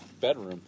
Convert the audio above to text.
bedroom